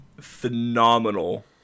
Phenomenal